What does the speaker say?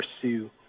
pursue